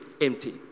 empty